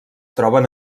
troben